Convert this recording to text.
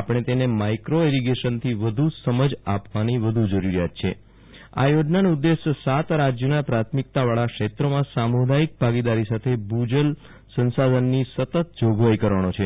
આપણ તેને micro irrigation થી વધ સમજ આપવાની વધુ જરીયાત છે આ યોજનાનો ઉદેશ સાત રાજ્યોના પ્રાથમિકતાવાળાં ક્ષેત્રોમાં સામુ દાયિક ભાગીદારી સાથે ભુજલ સંશાધનની સર્તત જોગવાઈ કરવાનો છે